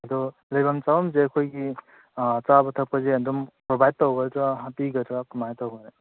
ꯑꯗꯣ ꯂꯩꯐꯝ ꯆꯥꯐꯝꯁꯦ ꯑꯩꯈꯣꯏꯒꯤ ꯆꯥꯕ ꯊꯛꯄꯁꯦ ꯑꯗꯨꯝ ꯄ꯭ꯔꯣꯕꯥꯏꯠ ꯇꯧꯒꯗ꯭ꯔ ꯄꯤꯒꯗ꯭ꯔ ꯀꯃꯥꯏ ꯇꯧꯒꯅꯤ